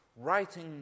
writing